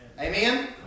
Amen